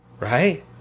Right